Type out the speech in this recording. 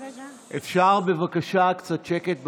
אפשר בבקשה קצת שקט במליאה?